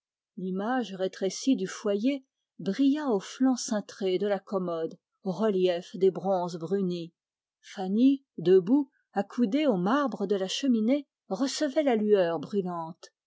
l'image rétrécie du foyer brilla au flanc cintré de la commode aux reliefs des bronzes brunis fanny accoudée au marbre de la cheminée recevait la lueur brûlante